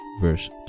verse